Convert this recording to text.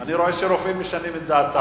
אבל אני רואה שרופאים משנים את דעתם.